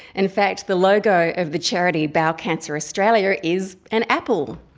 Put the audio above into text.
in fact, the logo of the charity bowel cancer australia is an apple.